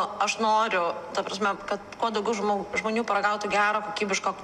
aš noriu ta prasme kad kuo daugiau žmo žmonių pagautų gero kokybiško